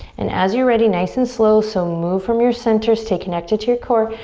and as you're ready, nice and slow. so move from your center. stay connected to your core.